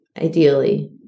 ideally